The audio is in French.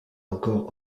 encore